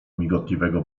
migotliwego